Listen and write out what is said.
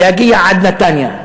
להגיע עד נתניה.